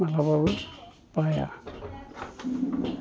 माब्लाबाबो बाया